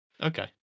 Okay